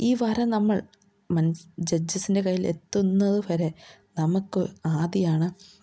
ഈ വര നമ്മൾ മന ജഡ്ജസിൻ്റെ കയ്യിലെത്തുന്നതു വരെ നമുക്ക് ആദിയാണ്